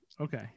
okay